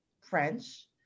french